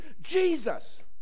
Jesus